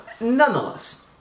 nonetheless